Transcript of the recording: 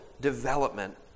development